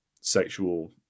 sexual